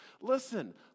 Listen